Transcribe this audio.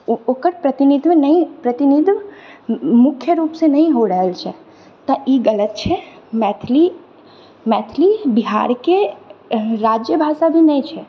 ओकर प्रतिनिधित्व नहि प्रतिनिधित्व मुख्य रूपसँ नहि हो रहल छै तऽ ई गलत छै मैथिली मैथिली बिहारके राज्य भाषा भी नहि छै